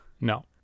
No